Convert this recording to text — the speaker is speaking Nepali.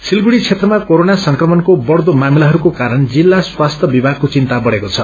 सिलगढ़ी क्षेत्रमा कोरोना संक्रमणको बढ़दो मामिलाइस्व्रे कारण जिल्ला स्वास्थ्य विभागको चिनता बढ़ेको छ